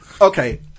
Okay